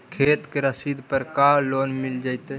खेत के रसिद पर का लोन मिल जइतै?